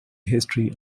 history